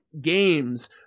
games